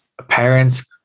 parents